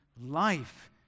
life